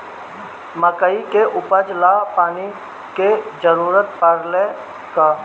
मकई के उपजाव ला पानी के जरूरत परेला का?